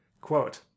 Quote